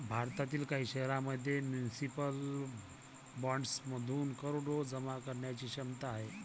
भारतातील काही शहरांमध्ये म्युनिसिपल बॉण्ड्समधून करोडो जमा करण्याची क्षमता आहे